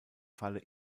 falle